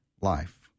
life